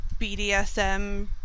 bdsm